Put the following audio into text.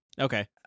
Okay